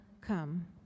come